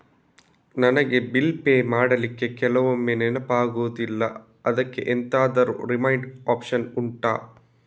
ನನಗೆ bill pay ಮಾಡ್ಲಿಕ್ಕೆ ಕೆಲವೊಮ್ಮೆ ನೆನಪಾಗುದಿಲ್ಲ ಅದ್ಕೆ ಎಂತಾದ್ರೂ ರಿಮೈಂಡ್ ಒಪ್ಶನ್ ಉಂಟಾ